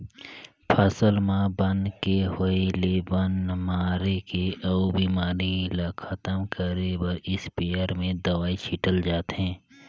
फसल म बन के होय ले बन मारे के अउ बेमारी ल खतम करे बर इस्पेयर में दवई छिटल जाथे